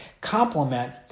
complement